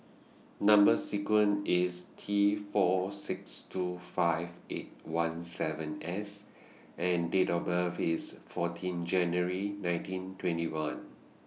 Number sequence IS T four six two five eight one seven S and Date of birth IS fourteen January nineteen twenty one